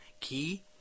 Key